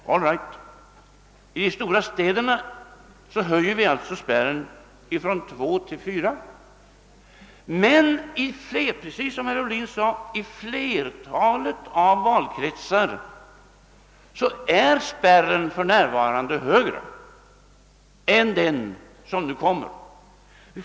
All right, i de stora städerna höjer vi alltså spärren från 2 till 4 procent. Men i många valkretsar är spärren — precis som herr Ohlin sade — för närvarande högre än den som nu föreslås.